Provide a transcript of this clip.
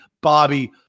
Bobby